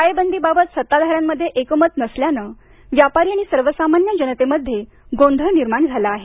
टाळेबंदीबाबत सत्ताधाऱ्यांमध्ये एकमत नसल्यानं व्यापारी आणि सर्वसामान्य जनतेमध्ये गोंधळ निर्माण झाला आहे